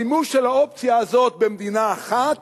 המימוש של האופציה הזאת במדינה אחת